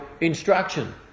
instruction